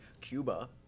Cuba